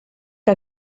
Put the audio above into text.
que